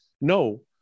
no